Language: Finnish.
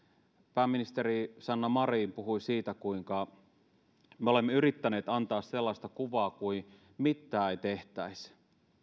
pääministeri sanna marin puhui siitä kuinka me olemme yrittäneet antaa sellaista kuvaa kuin mitään ei tehtäisi